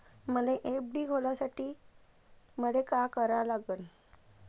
मले एफ.डी खोलासाठी मले का करा लागन?